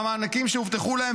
והמענקים שהובטחו להם,